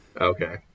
Okay